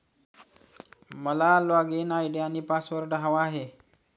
मला login ID आणि password हवा आहे